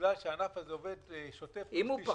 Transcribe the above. בגלל שהענף הזה עובד בשוטף פלוס 90. אם המחזור